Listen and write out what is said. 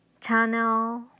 channel